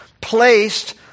placed